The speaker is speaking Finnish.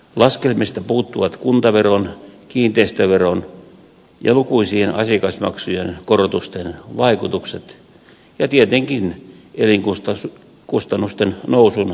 laskelmista puuttuvat kuntaveron kiinteistöveron ja lukuisien asiakasmaksujen korotusten vaikutukset ja tietenkin elinkustannusten nousun karu todellisuus